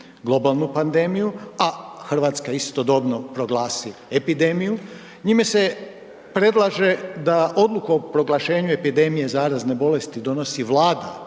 globalnu pandemiju, a RH istodobno proglasi epidemiju, njime se predlaže da odlukom o proglašenju epidemije zarazne bolesti donosi Vlada